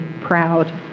proud